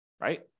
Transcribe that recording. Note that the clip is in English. right